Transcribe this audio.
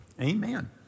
Amen